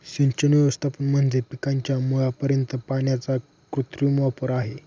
सिंचन व्यवस्थापन म्हणजे पिकाच्या मुळापर्यंत पाण्याचा कृत्रिम वापर आहे